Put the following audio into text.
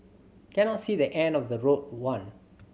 cannot see the end of the road one